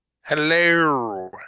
Hello